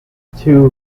two